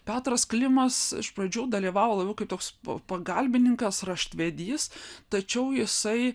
petras klimas iš pradžių dalyvavo labiau kaip toks pagalbininkas raštvedys tačiau jisai